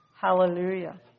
Hallelujah